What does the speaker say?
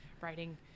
writing